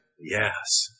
Yes